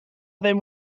ddim